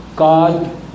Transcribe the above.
God